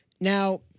Now